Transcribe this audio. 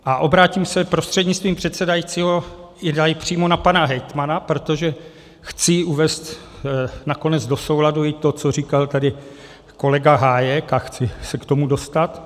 A obrátím se prostřednictvím předsedajícího i tady přímo na pana hejtmana, protože chci uvést nakonec do souladu i to, co říkal tady kolega Hájek, a chci se k tomu dostat.